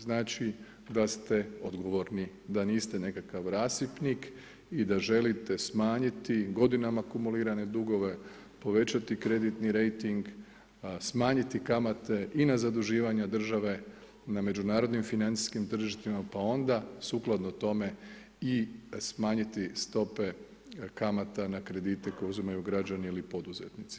Znači da ste odgovorni, da niste nekakav rasipnik i da želite smanjiti godinama akumulirane dugove, povećati kreditni rejting, smanjiti kamate i na zaduživanja država na međunarodnim financijskim tržištima pa onda sukladno tome i smanjiti stope kamata na kredite koji uzimaju građani ili poduzetnici.